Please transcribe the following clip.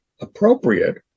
appropriate